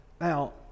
Now